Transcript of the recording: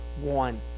one